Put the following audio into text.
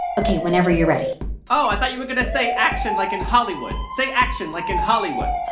ok, whenever you're ready oh, i thought you were going to say action, like in hollywood. say action, like in hollywood